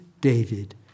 David